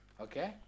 Okay